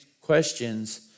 questions